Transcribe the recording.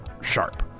sharp